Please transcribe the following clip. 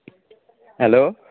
hello